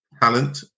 talent